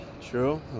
True